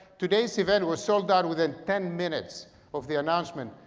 today's event was sold out within ten minutes of the announcement.